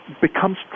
becomes